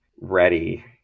ready